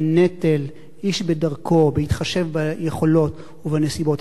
בנטל, איש בדרכו, בהתחשב ביכולות ובנסיבות.